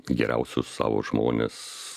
geriausius savo žmones